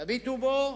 תביטו בו